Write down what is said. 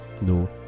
no